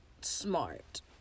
smart